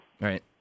Right